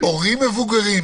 נכון.